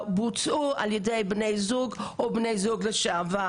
בוצעו על ידי בני זוג, או בני זוג לשעבר.